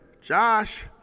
Josh